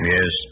Yes